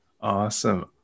Awesome